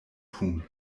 tun